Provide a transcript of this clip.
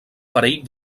parell